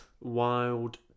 Wild